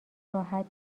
راحت